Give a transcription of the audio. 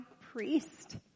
priest